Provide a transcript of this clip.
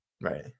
Right